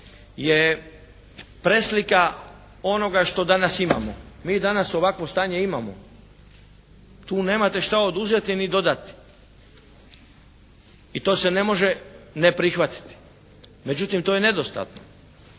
je preslika onoga što danas imamo. Mi danas ovakvo stanje imamo. Tu nemate šta oduzeti ni dodati. I to se ne može ne prihvatiti. Međutim to je nedostatno.